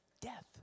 death